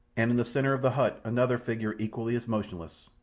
and in the centre of the hut another figure equally as motionless,